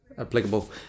applicable